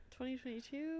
2022